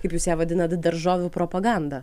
kaip jūs ją vadinat daržovių propaganda